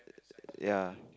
ya